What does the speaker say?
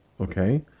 okay